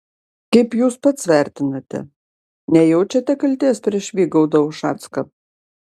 kaip jūs pats vertinate nejaučiate kaltės prieš vygaudą ušacką